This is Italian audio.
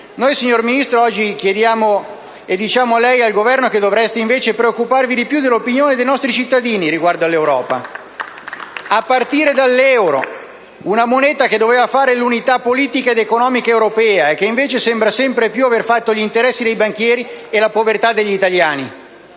Noi, signor Ministro, oggi diciamo a lei e al Governo che dovreste invece preoccuparvi di più dell'opinione che i nostri cittadini hanno dell'Europa (*Applausi dal Gruppo LN-Aut)*, a partire dall'euro, una moneta che doveva fare l'unità politica ed economica europea e che invece sembra sempre più avere fatto gli interessi dei banchieri e la povertà degli italiani.